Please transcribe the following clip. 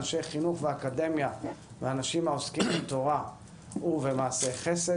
אנשי חינוך ואקדמיה ואנשים העוסקים בתורה ובמעשי חסד,